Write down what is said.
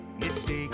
mistake